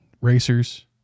racers